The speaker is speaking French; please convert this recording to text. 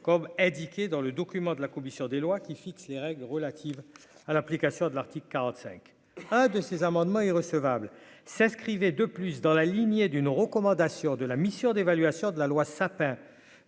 comme indiqué dans le document de la commission des lois, qui fixe les règles relatives à l'application de l'article 45 un de ces amendements est recevable s'inscrivait de plus dans la lignée d'une recommandation de la mission d'évaluation de la loi sapin